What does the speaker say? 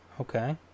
Okay